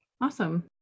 Awesome